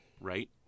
Right